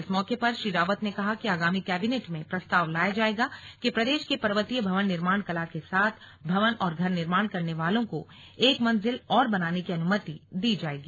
इस मौके पर श्री रावत ने कहा कि आगामी कैबिनेट में प्रस्ताव लाया जाएगा कि प्रदेश के पर्वतीय भवन निर्माण कला के साथ भवन और घर निर्माण करने वालों को एक मंजिल और बनाने की अनुमति दी जाएगी